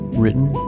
written